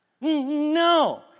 No